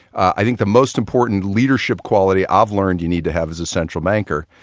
i think the most important leadership quality i've learned you need to have as a central banker,